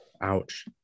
ouch